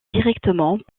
directement